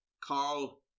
Carl